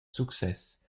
success